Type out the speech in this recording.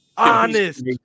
Honest